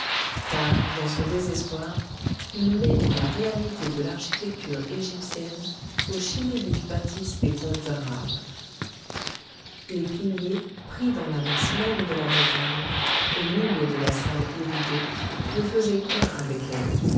car dans son désespoir il mêlait la réalité de l'architecture égyptienne aux chimériques bâtisses des contes arabes les piliers pris dans la masse même de la montagne au milieu de la salle évidée ne faisaient qu'un avec elle